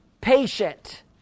patient